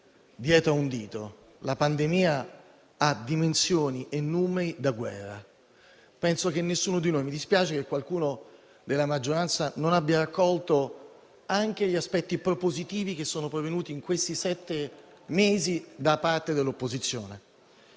dietro un dito: la pandemia ha dimensioni e numeri da guerra. Mi dispiace che qualcuno della maggioranza non abbia raccolto anche gli aspetti propositivi che sono poi venuti in questi sette mesi da parte dell'opposizione,